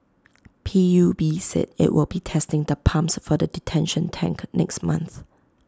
P U B said IT will be testing the pumps for the detention tank next month